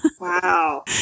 Wow